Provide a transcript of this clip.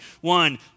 One